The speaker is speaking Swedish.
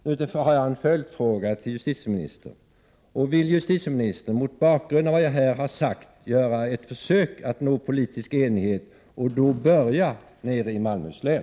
Nu har jag en följdfråga till justitieministern: Vill justitieministern, mot bakgrund av vad jag här har sagt, göra ett försök att nå politisk enighet och då börja nere i Malmöhus län?